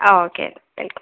ആ okay thank you